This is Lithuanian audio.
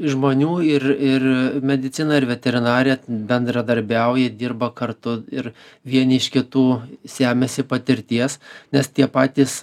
žmonių ir ir medicina ir veterinarija bendradarbiauja dirba kartu ir vieni iš kitų semiasi patirties nes tie patys